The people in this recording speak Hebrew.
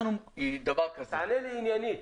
תענה לי עניינית.